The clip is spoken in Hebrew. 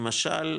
למשל,